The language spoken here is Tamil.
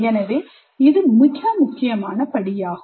எனவே இது மிக முக்கியமான படியாகும்